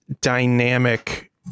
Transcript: dynamic